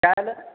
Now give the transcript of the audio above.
काय झालं